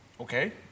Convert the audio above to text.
okay